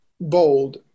Bold